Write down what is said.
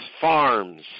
Farms